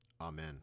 Amen